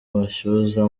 mashyuza